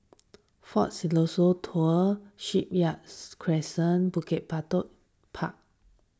fort Siloso Tours Shipyard Crescent Bukit Batok Park